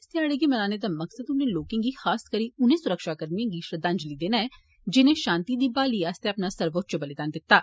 इस घ्याड़े गी मनाने दा मकसद उनें लोकें गी खासकरी उनें सुरक्षाकर्मिएं गी श्रद्धांजलि देना ऐ जिनें शांति दी बहाली आस्तै अपना सर्वोच्च बलिदान दित्ता